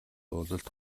уулзалт